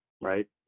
right